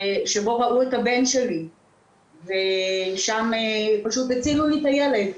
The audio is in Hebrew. שבו ראו את הבן שלי ושם פשוט הצילו לי את הילד,